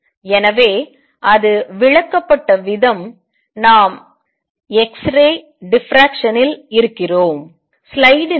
எனவே அது விளக்கப்பட்ட விதம் நாம் எக்ஸ்ரே டிஃப்ராஃப்ரக்ஷனில் இருக்கிறோம்